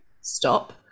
Stop